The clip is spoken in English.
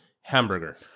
hamburger